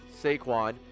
Saquon